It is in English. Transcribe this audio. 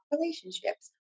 relationships